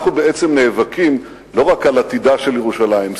אנחנו בעצם נאבקים לא רק על עתידה של ירושלים,